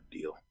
deal